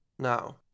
Now